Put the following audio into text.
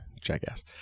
Jackass